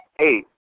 Eight